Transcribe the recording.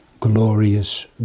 glorious